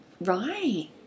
right